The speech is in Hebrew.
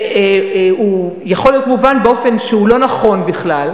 והוא יכול להיות מובן באופן שהוא לא נכון בכלל.